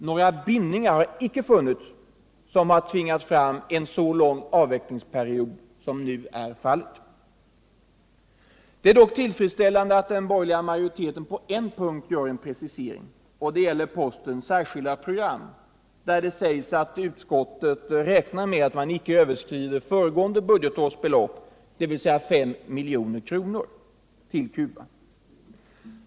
Några bindningar, som har tvingat fram en så lång avvecklingsperiod som nu är fallet, har icke funnits. Det är dock tillfredsställande att den borgerliga majoriteten på en punkt gör en precisering, och det gäller posten Särskilda program, där det sägs att utskottet räknar med att man icke överskrider föregående budgetårs belopp, dvs. 5 milj.kr., till Cuba.